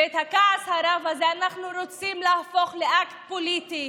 ואת הכעס הרב הזה אנחנו רוצים להפוך לאקט פוליטי,